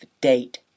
date